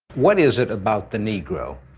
what is it about the negro?